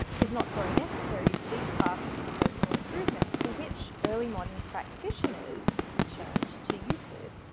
is not, sorry, necessary to these tasks of personal improvement for which early modern practitioners turned to euclid.